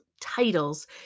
titles